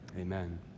Amen